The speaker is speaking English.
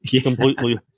completely